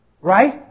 Right